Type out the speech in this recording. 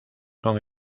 con